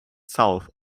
south